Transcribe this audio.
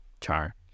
Char